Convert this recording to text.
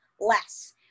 less